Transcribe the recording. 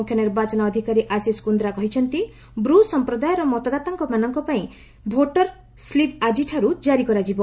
ମୁଖ୍ୟ ନିର୍ବାଚନ ଅଧିକାରୀ ଆଶିଷ କୁନ୍ଦ୍ରା କହିଛନ୍ତି ବ୍ରୁ' ସମ୍ପ୍ରଦାୟର ମତଦାତାମାନଙ୍କପାଇଁ ଭୋଟର୍ ସ୍ଲିପ୍ ଆଳିଠାରୁ ଜାରି କରାଯିବ